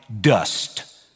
dust